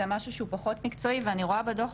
זה משהו שהוא פחות מקצועי ואני רואה בדוח,